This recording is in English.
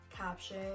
caption